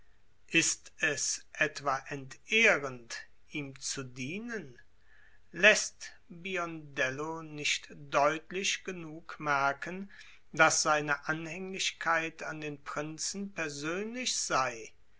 ist es etwa entehrend ihm zu dienen läßt biondello nicht deutlich genug merken daß seine anhänglichkeit an den prinzen persönlich sei